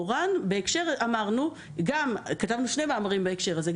מורן ואני כתבנו שני מאמרים בנושא הזה.